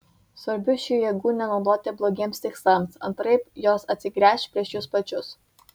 svarbu šių jėgų nenaudoti blogiems tikslams antraip jos atsigręš prieš jus pačius